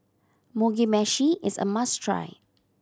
Mugi Meshi is a must try